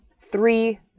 Three